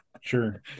sure